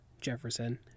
Jefferson